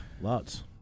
Lots